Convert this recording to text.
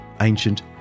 ancient